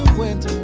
winter